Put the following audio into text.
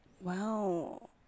Wow